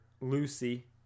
Lucy